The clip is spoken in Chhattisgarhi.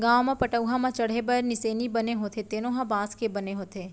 गाँव म पटअउहा म चड़हे बर निसेनी बने होथे तेनो ह बांस के बने होथे